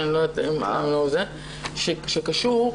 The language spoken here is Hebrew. שקשור,